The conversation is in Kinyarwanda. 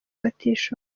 abatishoboye